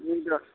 ꯃꯤꯗꯣ